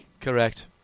Correct